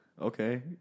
Okay